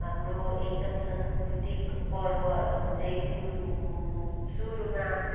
हाम्रो एकदम सांस्कृतिक पर्वहरू चाहिँ कुन सुरुमा